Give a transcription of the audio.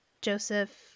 Joseph